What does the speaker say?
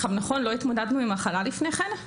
נכון, לא התמודדנו עם מחלה לפני כן,